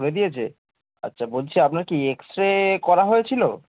বলে দিয়েছে আচ্ছা বলছি আপনার কি এক্সরে করা হয়েছিলো